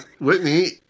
Whitney